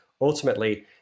ultimately